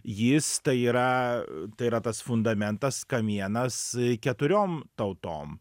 jis tai yra tai yra tas fundamentas kamienas keturiom tautom